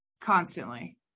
constantly